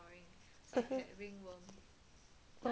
orh orh mm